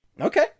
Okay